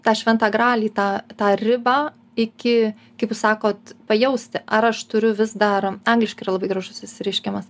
tą šventą gralį tą tą ribą iki kaip jūs sakot pajausti ar aš turiu vis dar angliškai yra labai gražus išsireiškimas